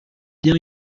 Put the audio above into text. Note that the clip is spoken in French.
bien